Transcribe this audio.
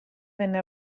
venne